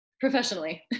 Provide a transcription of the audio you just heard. professionally